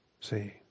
See